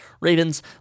Ravens